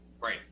right